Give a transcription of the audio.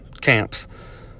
camps